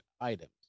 items